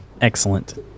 Excellent